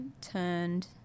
turned